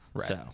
Right